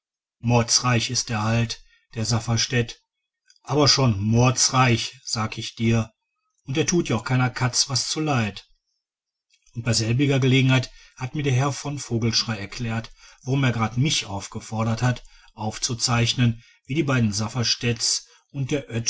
mordsreich ist er halt der safferstätt aber schon mordsreich sag ich dir und er tut ja auch keiner katz was zuleid und bei selbiger gelegenheit hat mir der herr von vogelschrey erklärt warum er gerade mich aufgefordert hat aufzuzeichnen wie die beiden safferstätts und der